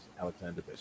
alexander